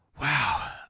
wow